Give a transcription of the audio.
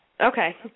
Okay